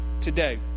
today